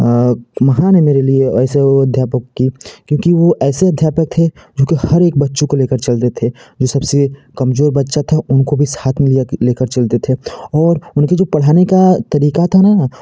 महान है मेरे लिए ऐसे वो अध्यापक की क्योंकि वो ऐसे अध्यापक थे जो की हर एक अच्छों को लेकर चलते थे जो सबसे कमजोर बच्चा था उनको भी साथ में लिया लेकर चलते थे और उनके जो पढ़ाने का तरीका था ना